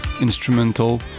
instrumental